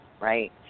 right